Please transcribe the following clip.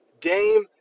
Dame